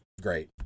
great